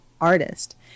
artist